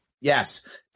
Yes